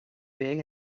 big